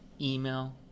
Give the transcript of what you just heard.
email